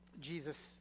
Jesus